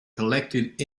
collected